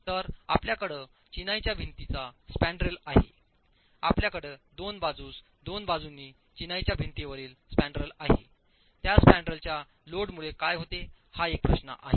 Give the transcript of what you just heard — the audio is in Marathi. तर आपल्याकडे चिनाईच्या भिंतीचा स्पँड्रल आहे आपल्याकडे दोन बाजूस दोन बाजूंनी चिनाईच्या भिंतीवरील स्पँड्रल आहे त्या स्पँड्रलच्या लोडमुळे काय होते हा एक प्रश्न आहे